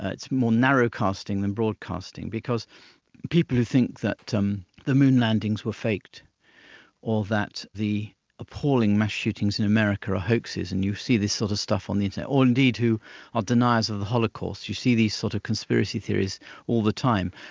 it's more narrowcasting than broadcasting because people who think that um the moon landings were faked or that the appalling mass shootings in america are hoaxes, and you see this sort of stuff on the internet, or indeed who are deniers of the holocaust, you see these sort of conspiracy theories all the time.